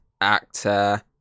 actor